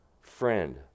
friend